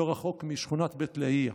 לא רחוק משכונת בית לאהיא.